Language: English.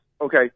okay